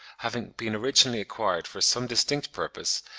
having been originally acquired for some distinct purpose,